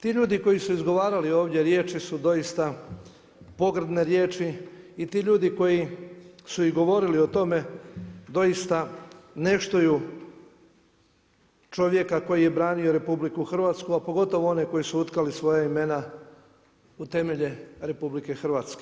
Ti ljudi koji su izgovarali ovdje riječi su dosita pogrebne riječi i ti ljudi koji su i govorili o tome, doista ne štuju čovjeka koji je branio RH, a pogotovo one koji su utkali svoja imena u temelje RH.